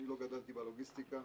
אני לא גדלתי בלוגיסטיקה,